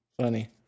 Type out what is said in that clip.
funny